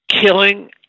Killing